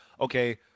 okay